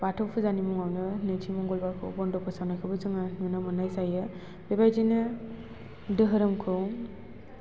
बाथौ फुजानि मुङावनो नैथि मंगलबारखौ बन्द' फोसावनायखौबो जोङो नुनो मोन्नाय जायो बे बायदिनो धोरोमखौ